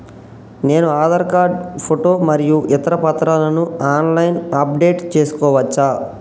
నేను Aadhaar card photo మరియు ఇతర పత్రాలను ఆన్ లైన్ అప్ డెట్ చేసుకోవచ్చా?